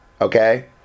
okay